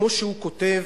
כמו שהוא כותב,